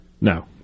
No